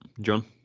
John